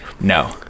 No